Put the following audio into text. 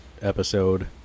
episode